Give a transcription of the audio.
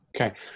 Okay